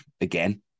again